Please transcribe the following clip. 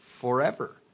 forever